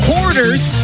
Hoarders